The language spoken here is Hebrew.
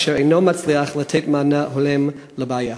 אשר אינו מצליח לתת מענה הולם לבעיה?